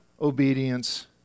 obedience